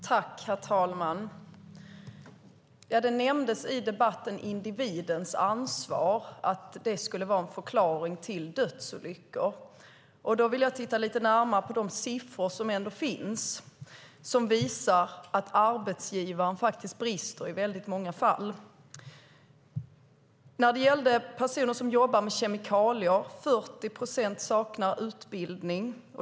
Herr talman! I debatten nämndes individens ansvar och att det skulle vara en förklaring till dödsolyckor. Då vill jag titta lite närmare på de siffror som ändå finns och som visar att arbetsgivaren faktiskt brister i många fall. När det gäller personer som jobbar med kemikalier saknar 40 procent utbildning.